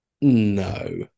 No